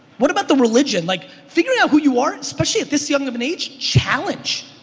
what about the religion? like figure out who you are especially at this young of an age, challenge.